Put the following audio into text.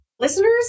listeners